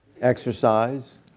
exercise